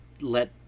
let